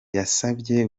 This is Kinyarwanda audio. yasabye